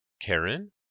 Karen